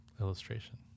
Illustration